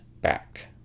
back